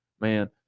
man